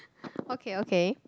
okay okay